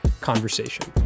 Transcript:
conversation